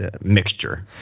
mixture